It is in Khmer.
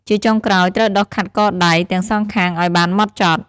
ជាចុងក្រោយ ត្រូវដុសខាត់កដៃ ទាំងសងខាងឱ្យបានហ្មត់ចត់។